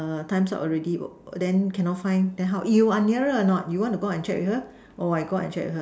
times up already then cannot find then how you are nearer or a not you want to go out and check with her or I go out and check with her